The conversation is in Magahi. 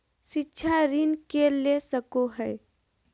शिक्षा ऋण के ले सको है?